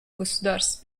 государств